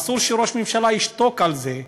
אסור שראש הממשלה ישתוק על זה,